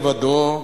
לבדו,